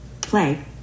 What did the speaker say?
Play